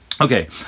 Okay